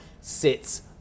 sits